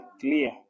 clear